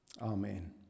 Amen